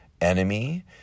enemy